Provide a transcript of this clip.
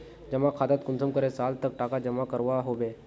जमा खातात कुंसम करे साल तक टका जमा करवा होबे?